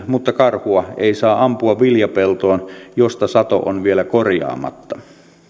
mutta karhua ei saa ampua viljapeltoon josta sato on vielä korjaamatta